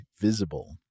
Visible